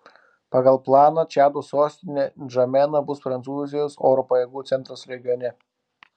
pagal planą čado sostinė ndžamena bus prancūzijos oro pajėgų centras regione